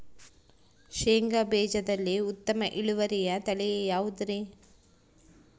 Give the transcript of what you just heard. ಶೇಂಗಾ ಬೇಜದಲ್ಲಿ ಉತ್ತಮ ಇಳುವರಿಯ ತಳಿ ಯಾವುದುರಿ?